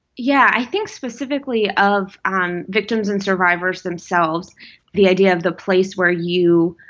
yeah. i think specifically of um victims and survivors themselves the idea of the place where you,